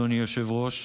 אדוני היושב-ראש,